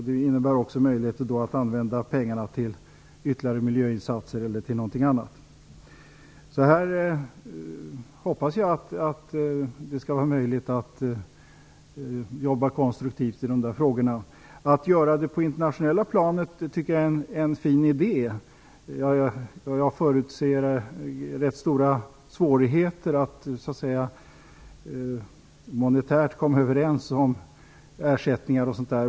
Det innebär också möjligheter att använda pengarna till ytterligare miljöinsatser eller till någonting annat. Jag hoppas att det skall vara möjligt att jobba konstruktivt i dessa frågor. Att göra det på internationellt plan tycker jag är en fin idé. Jag förutser dock rätt stora svårigheter att monetärt komma överens om ersättningar och sådant.